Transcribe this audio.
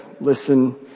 Listen